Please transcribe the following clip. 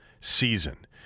Season